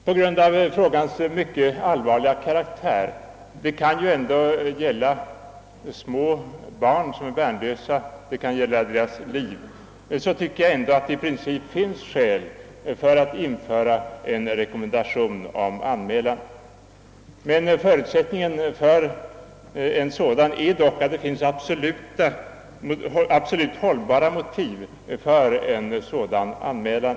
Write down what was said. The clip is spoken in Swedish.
På grund av frågans mycket allvarliga karaktär — det kan ju gälla små barn som är värnlösa, och det kan gälla barnens liv — tycker jag ändå att det i princip föreligger skäl för en rekommendation om anmälan. Förutsättningen är dock att det finns absolut hållbara motiv för en sådan anmälan.